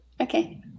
Okay